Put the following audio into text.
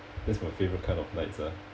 that's my favourite kind of nights ah